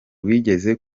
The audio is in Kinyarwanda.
wigeze